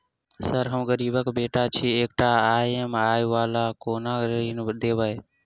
Sir हम गरीबक बेटा छी एकटा ई.एम.आई वला कोनो ऋण देबै?